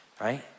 right